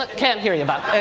can't hear you.